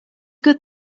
good